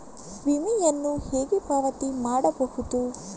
ವಿಮೆಯನ್ನು ಹೇಗೆ ಪಾವತಿ ಮಾಡಬಹುದು?